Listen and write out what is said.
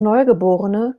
neugeborene